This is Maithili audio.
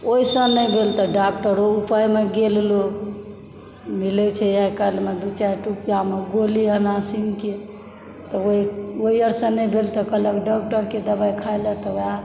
ओहिसँ नहि भेल तऽ डाक्टरो उपायमे गेल लोग मिलैत छै आइकाल्हिमे दू चारि रुपैआमे गोली एनासिनके तऽ ओहि आरसँ नहि भेल तऽ कहलक डाक्टरके दबाइ खाए लऽ तऽ वएह